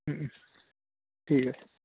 ঠিক আছে